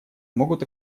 могут